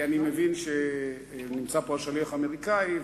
אני מבין שנמצא פה השליח האמריקני,